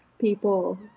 people